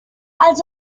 els